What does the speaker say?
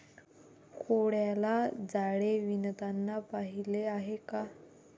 कोळ्याला जाळे विणताना पाहिले आहे का?